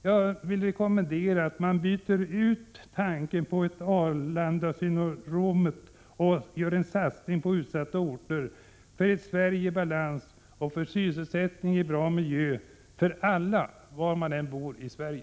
Jag vill rekommendera att man byter ut tanken på Arlandasyndromet mot en satsning på utsatta orter för ett Sverige i balans och för sysselsättning och bra miljö för alla, var de än bor i Sverige.